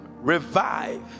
revive